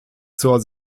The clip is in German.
zur